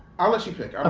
i'll let you pick,